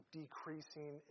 decreasing